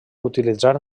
utilitzar